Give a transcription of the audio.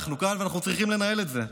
אנחנו כאן ואנחנו צריכים לנהל את זה.